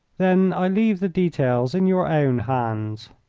then i leave the details in your own hands.